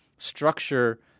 structure